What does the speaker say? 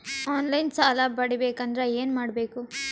On line ಸಾಲ ಪಡಿಬೇಕಂದರ ಏನಮಾಡಬೇಕು?